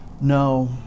No